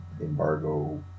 embargo